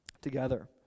together